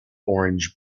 orange